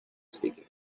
speaking